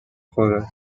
خوره